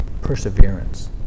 Perseverance